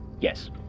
Yes